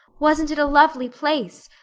wasn't it a lovely place?